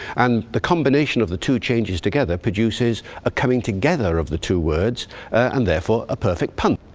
and the combination of the two changes together produces a coming together of the two words and therefore a perfect pun.